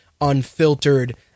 unfiltered